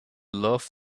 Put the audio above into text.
loved